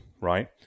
Right